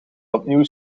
opnieuw